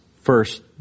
First